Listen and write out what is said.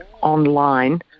online